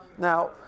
Now